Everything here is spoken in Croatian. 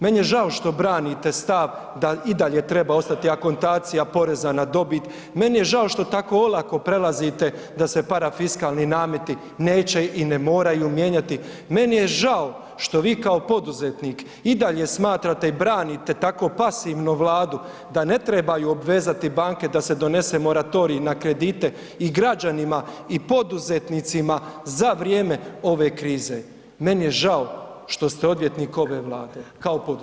Meni je žao što branite stav da i dalje treba ostati akontacija poreza na dobit, meni je žao što tako olako prelazite da se parafiskalni nameti neće i ne moraju mijenjati, meni je žao što vi kao poduzetnik i dalje smatrate i branite tako pasivnu Vladu da ne trebaju obvezati banke da se donese moratorij na kredite i građanima i poduzetnicima za vrijeme ove krize, meni je žao što ste odvjetnik ove Vlade kao poduzetnik.